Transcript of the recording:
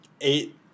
eight